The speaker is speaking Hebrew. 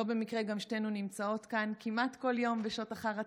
לא במקרה גם שתינו נמצאות כאן כמעט כל יום בשעות אחר הצוהריים,